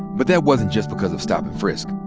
but that wasn't just because of stop and frisk.